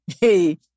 Hey